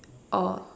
orh